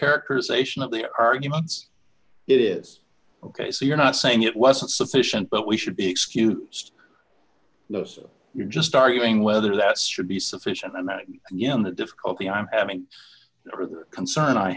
characterization of the arguments it is ok so you're not saying it wasn't sufficient but we should be excused no so you're just arguing whether that should be sufficient and again the difficulty i'm having or the concern i